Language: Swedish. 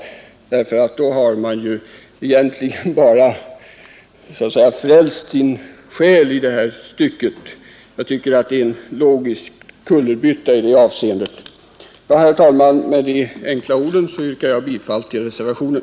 Då har man egentligen bara så att säga frälst sin själ. Jag tycker att det vore en logisk kullerbytta. Herr talman! Med dessa enkla ord yrkar jag bifall till reservationen.